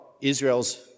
Israel's